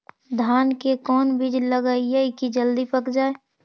धान के कोन बिज लगईयै कि जल्दी पक जाए?